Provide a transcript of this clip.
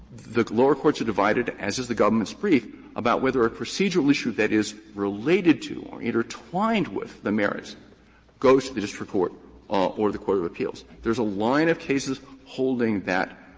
the lower courts are divided as is the government's brief about whether a procedural issue that is related to or intertwined with the merits goes to the district court or the court of appeals. there is a line of cases holding that